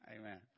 Amen